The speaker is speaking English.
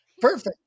Perfect